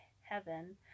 heaven